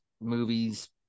movies